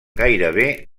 gairebé